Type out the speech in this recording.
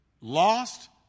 lost